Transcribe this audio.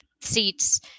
seats